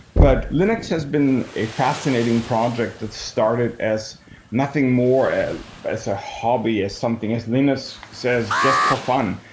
but linux has been a fascinating project that started as nothing more as as a hobby as something as linux says just for fun.